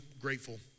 grateful